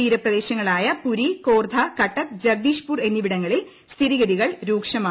തീരപ്രദേശങ്ങൾ ആയ പുരി കോർദ്ധ കട്ടക്ക് ജഗദീഷ്പൂർ എന്നിവിടങ്ങളിൽ സ്ഥിതിഗതികൾ രൂക്ഷമാണ്